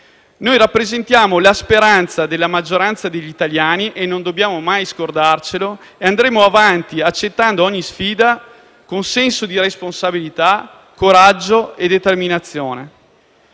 Rappresentiamo la speranza della maggioranza degli italiani e non dobbiamo mai scordarcelo: andremo avanti accettando ogni sfida, con senso di responsabilità, coraggio e determinazione.